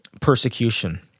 persecution